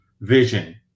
vision